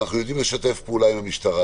אנחנו יודעים לשתף פעולה עם המשטרה,